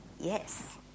yes